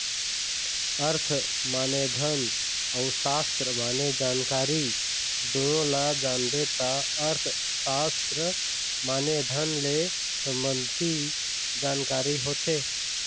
अर्थ माने धन अउ सास्त्र माने जानकारी दुनो ल जानबे त अर्थसास्त्र माने धन ले संबंधी जानकारी होथे